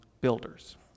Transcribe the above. builders